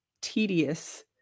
tedious